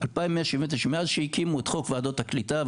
מאז שהקימו את חוק ועדות הקליטה,